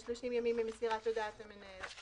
יש 30 ימים למסירת הודעת המנהל.